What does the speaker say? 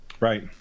Right